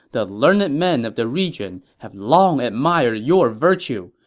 the learned men of the region have long admired your virtue.